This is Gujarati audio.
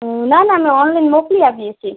ના ના ના ઑનલાઈન મોકલી આપીએ છીએ